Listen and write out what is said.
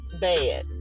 bad